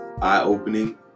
eye-opening